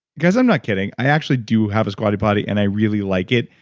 guys, i'm not kidding. i actually do have a squatty potty and i really like it.